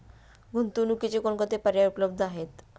गुंतवणुकीचे कोणकोणते पर्याय उपलब्ध आहेत?